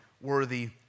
worthy